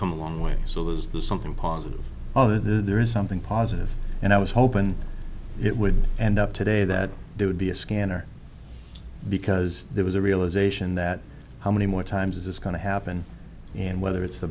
come a long way so was this something positive other there is something positive and i was hoping it would end up today that there would be a scanner because there was a realisation that how many more times it's going to happen and whether it's the